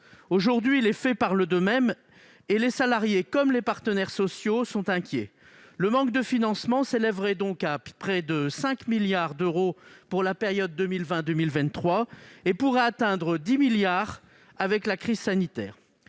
Aujourd'hui, les faits parlent d'eux-mêmes, et les salariés comme les partenaires sociaux sont inquiets. Le manque de financement s'élèverait à près de 5 milliards d'euros pour la période allant de 2020 à 2023, et il pourrait atteindre 10 milliards d'euros sous